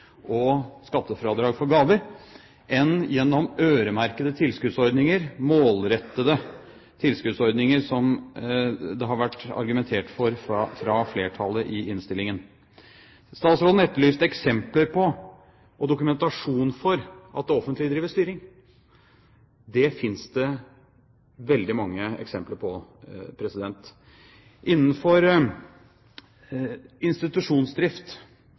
og skattefradrag for gaver enn gjennom øremerkede, målrettede tilskuddsordninger som det har vært argumentert for fra flertallet i innstillingen. Statsråden etterlyste eksempler på og dokumentasjon for at det offentlige driver styring. Det finnes det veldig mange eksempler på. Innenfor institusjonsdrift,